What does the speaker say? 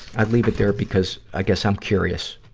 i leave it there because, i guess i'm curious,